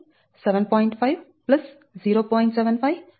కాబట్టి d4 7